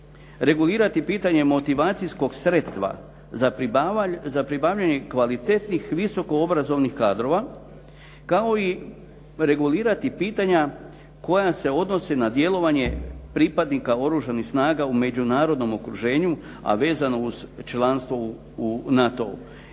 regulirati pitanje motivacijskog sredstva za pribavljanje kvalitetnih visoko obrazovanih kadrova kao i regulirati pitanja koja se odnose na djelovanje pripadnika Oružanih snaga u međunarodnom okruženju, a vezano uz članstvo u NATO-u.